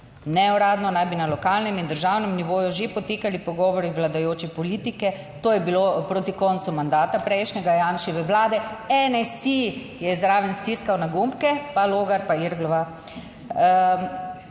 Neuradno naj bi na lokalnem in državnem nivoju že potekali pogovori vladajoče politike - to je bilo proti koncu mandata prejšnjega Janševe vlade, NSi je zraven stiskal na gumbke pa Logar pa Irglova